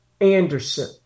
Anderson